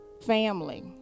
family